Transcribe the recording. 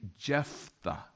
Jephthah